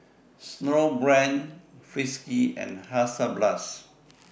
Snowbrand Friskies and Hansaplast